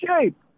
shape